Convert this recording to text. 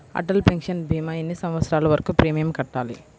Atal pension భీమా ఎన్ని సంవత్సరాలు వరకు ప్రీమియం కట్టాలి?